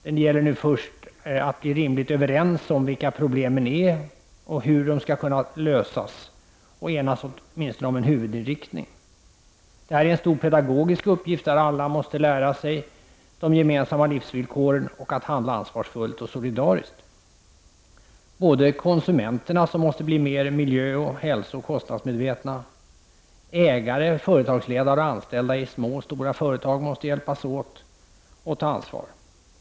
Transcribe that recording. Det gäller nu först att bli rimligt överens om vilka problemen är och hur de skall kunna lösas och att enas om åtminstone en huvudinriktning. Detta är en stor pedagogisk uppgift, där alla måste lära sig de gemensamma livsvillkoren och att handla ansvarsfullt och solidariskt. Detta gäller konsumenterna, som måste bli mer miljö-, hälsooch kostnadsmedvetna, och det gäller ägare, företagsledare och anställda i små och stora företag, som måste hjälpas åt och ta ansvar.